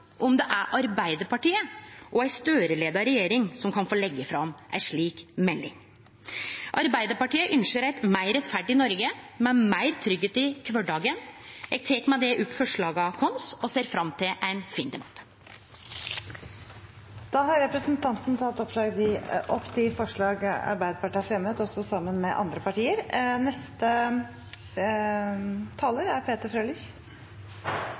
om det er Arbeidarpartiet og ei Støre-leia regjering som kan få leggje fram ei slik melding. Arbeidarpartiet ynskjer eit meir rettferdig Noreg med meir tryggleik i kvardagen. Eg tek med det opp forslaga våre og ser fram til ein fin debatt. Representanten Lene Vågslid har tatt opp